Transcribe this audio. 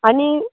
आनी